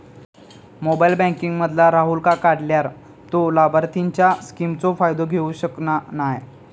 mobile banking मधना राहूलका काढल्यार तो लाभार्थींच्या स्किमचो फायदो घेऊ शकना नाय